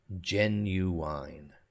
genuine